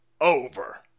over